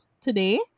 today